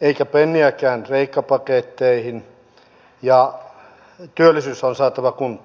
eikä penniäkään kreikka paketteihin ja työllisyys on saatava kuntoon